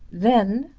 then,